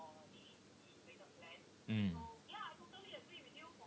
mm